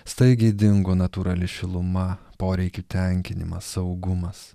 staigiai dingo natūrali šiluma poreikių tenkinimas saugumas